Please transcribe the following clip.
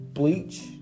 Bleach